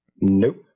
Nope